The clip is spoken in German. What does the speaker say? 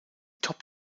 top